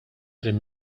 prim